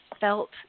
felt